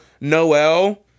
Noel